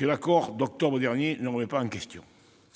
l'accord d'octobre dernier n'ayant pas remis ce point en question.